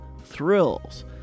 thrills